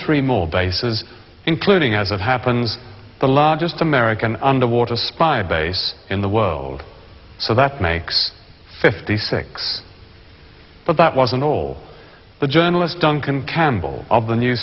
three more bases including as it happens the largest american underwater spy base in the world so that makes fifty six but that wasn't ole the journalist duncan campbell